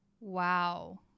Wow